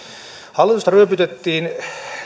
hallitusta ryöpytettiin